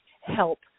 help